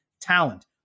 talent